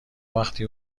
وقتی